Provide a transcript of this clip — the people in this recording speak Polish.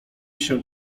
się